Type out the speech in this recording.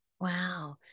Wow